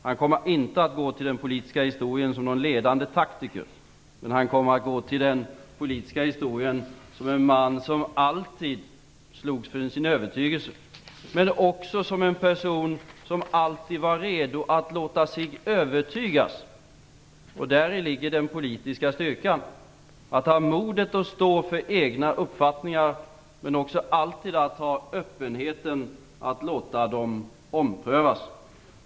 Han kommer inte att gå till den politiska historien som någon ledande taktiker, men han kommer att gå till den politiska historien som en man som alltid slogs för sin övertygelse, och också som en person som alltid var redo att låta sig övertygas. Däri ligger den politiska styrkan: att ha modet att stå för egna uppfattningar men också alltid ha öppenheten att låta dem omprövas.